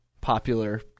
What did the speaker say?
popular